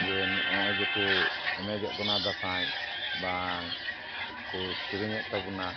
ᱡᱮ ᱱᱚᱜ ᱚᱭ ᱡᱮᱠᱚ ᱮᱱᱮᱡᱚᱜ ᱠᱟᱱᱟ ᱫᱟᱸᱥᱟᱭ ᱵᱟᱝ ᱠᱚ ᱥᱮᱨᱮᱧᱮᱫ ᱛᱟᱵᱚᱱᱟ